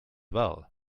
well